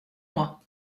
moi